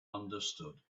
understood